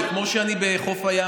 זה כמו שאני בחוף הים,